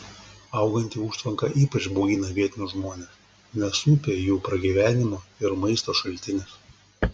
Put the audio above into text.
auganti užtvanka ypač baugina vietinius žmones nes upė jų pragyvenimo ir maisto šaltinis